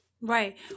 Right